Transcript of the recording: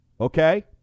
Okay